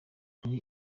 kuri